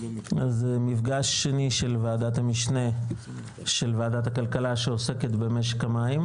זהו מפגש שני של ועדת המשנה של ועדת הכלכלה שעוסקת במשק המים,